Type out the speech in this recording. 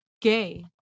gay